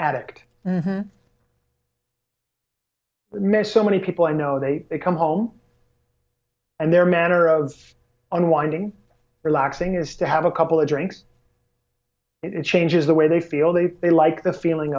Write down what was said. addict miss so many people i know they come home and their manner of unwinding relaxing is to have a couple of drinks it changes the way they feel they they like the feeling